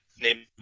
name